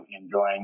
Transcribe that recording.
enjoying